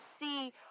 see